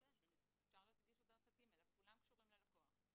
שהן לצורך העניין